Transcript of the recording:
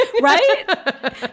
right